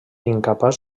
incapaç